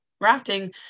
rafting